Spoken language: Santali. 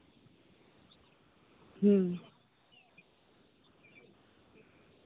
ᱦᱩᱸ